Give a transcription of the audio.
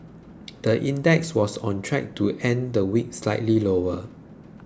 the index was on track to end the week slightly lower